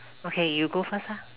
okay you go first lah